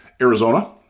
Arizona